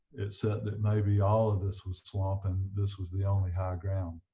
it said that maybe all of this was swamp and this was the only high ground